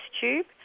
tube